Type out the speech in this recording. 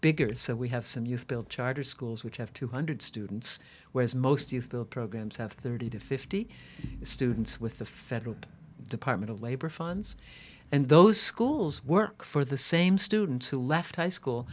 bigger so we have some youth build charter schools which have two hundred dollars students whereas most of the programs have thirty to fifty students with the federal department of labor funds and those schools work for the same students who left high school